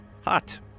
hot